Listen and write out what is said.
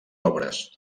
obres